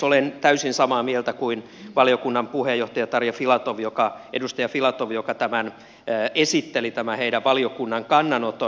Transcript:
olen täysin samaa mieltä kuin valiokunnan puheenjohtaja edustaja tarja filatov joka esitteli tämän valiokunnan kannanoton